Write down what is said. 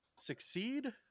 Succeed